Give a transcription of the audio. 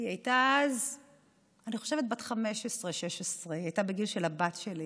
היא הייתה אז בת 15, 16, בגיל של הבת שלי,